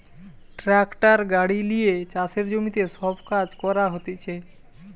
tractor গাড়ি লিয়ে চাষের জমিতে সব কাজ করা হতিছে